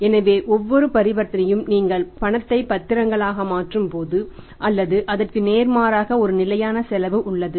எனவே ஒவ்வொரு பரிவர்த்தனையையும் நீங்கள் பணத்தை பத்திரங்களாக மாற்றும்போது அல்லது அதற்கு நேர்மாறாக ஒரு நிலையான செலவு உள்ளது